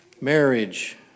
marriage